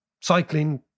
cycling